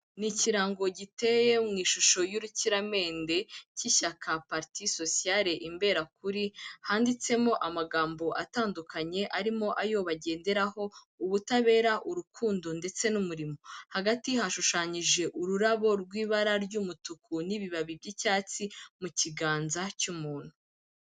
Ni ikirango giteye mu ishusho y'urukiramende cy'ishyaka Parti Social Imberakuri, handitsemo amagambo atandukanye arimo ayo bagenderaho, ubutabera, urukundo ndetse n'umurimo. Hagati hashushanyije ururabo rw'ibara ry'umutuku n'ibibabi by'icyatsi mu kiganza cy'umuntu.